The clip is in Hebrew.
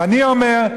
ואני אומר: